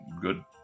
good